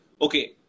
okay